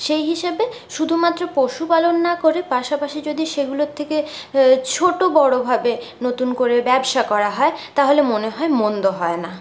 সেই হিসেবে শুধুমাত্র পশুপালন না করে পাশাপাশি যদি সেগুলোর থেকে ছোটোবড়ভাবে নতুন করে ব্যবসা করা হয় তাহলে মনে হয় মন্দ হয় না